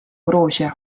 gruusia